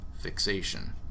fixation